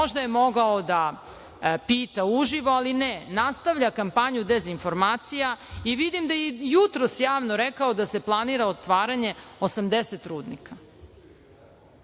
možda je mogao da pita uživo, ali ne. Nastavlja kampanju dezinformacija i vidim da je i jutros javno rekao da se planira otvaranje 80 rudnika.